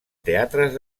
teatres